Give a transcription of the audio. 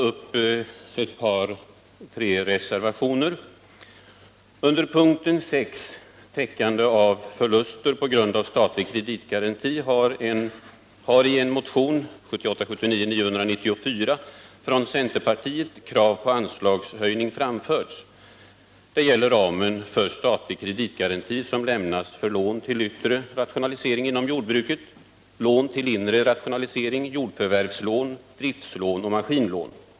Under punkten 6, Täckande av förluster på grund av statlig kreditgaranti, har i en motion, 1978/79:994 från centerpartiet, krav på anslagshöjning framförts. Det gäller ramen för statlig kreditgaranti som lämnas för lån till yttre rationalisering inom jordbruket, lån till inre rationalisering, jordförvärvslån, driftslån och maskinlån.